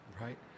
Right